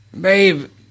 Babe